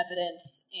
evidence